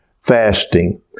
fasting